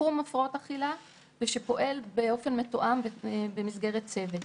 לתחום הפרעות האכילה ושפועל באופן מתואם במסגרת צוות.